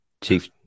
Chief